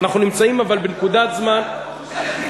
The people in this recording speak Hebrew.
אנחנו נמצאים אבל בנקודת זמן, גם באוכלוסייה.